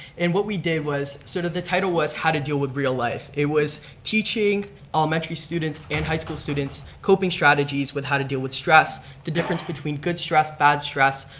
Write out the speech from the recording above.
and what we did was, sort of, the title was how to deal with real life. it was teaching elementary students and high school students coping strategies with how to deal with stress, the difference between good stress, bad stress,